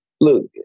Look